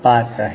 5 आहे